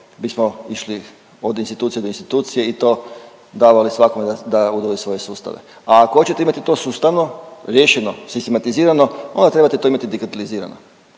bismo išli od institucije do institucije i to davali svakome da .../Govornik se ne razumije./... svoje sustave. A ako hoćete imati to sustavno riješeno, sistematizirano, onda trebate to imati digitalizirano.